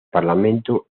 parlamento